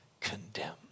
condemn